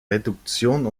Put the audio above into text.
reduktion